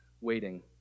waiting